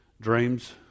Dreams